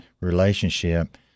relationship